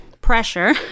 pressure